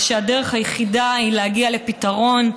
זה שהדרך היחידה היא להגיע לפתרון,